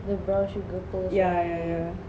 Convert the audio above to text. yeah yeah yeah